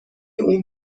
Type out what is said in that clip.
اون